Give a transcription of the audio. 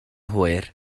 hwyr